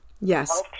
Yes